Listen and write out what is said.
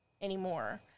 anymore